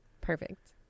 Perfect